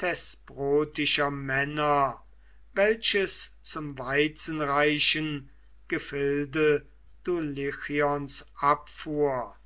thesprotischer männer welches zum weizenreichen gefilde dulichions abfuhr